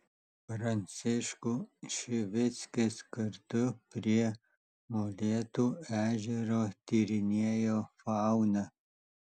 pranciškų šivickis kartu prie molėtų ežero tyrinėjo fauną